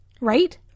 right